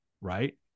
right